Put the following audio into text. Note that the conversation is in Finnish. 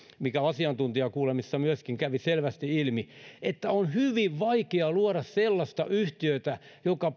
mikä asiantuntijakuulemisissa myöskin kävi selvästi ilmi että on hyvin vaikea luoda sellaista yhtiötä joka